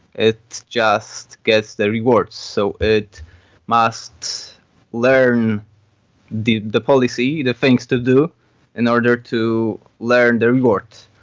it just gets the rewards. so it must learn the the policy, the things to do in order to learn the reward.